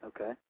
Okay